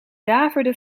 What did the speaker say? daverde